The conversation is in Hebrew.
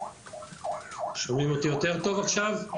בבקשה.